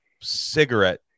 cigarette